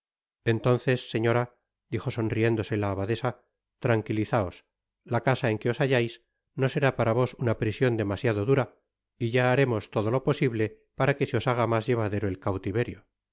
entonces seffora dijo sonriéndose la abadesa tranquilizaos la casa en que os hallais no será para vos una prision demasiado dura y ya haremos todo lo posible para qne se os haga mas llevadero el cautiverio